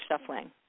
shuffling